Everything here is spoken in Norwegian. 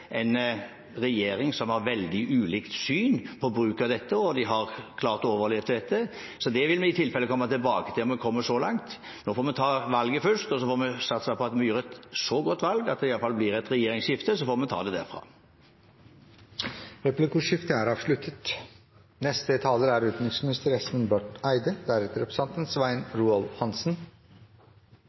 en regjering som har veldig ulikt syn på bruk av dette, og den har klart å overleve, så det vil vi i tilfelle komme tilbake til om vi kommer så langt. Nå får vi ta valget først, og så får vi satse på at vi gjør et så godt valg at det iallfall blir et regjeringsskifte. Så får vi ta det derfra. Replikkordskiftet er avsluttet.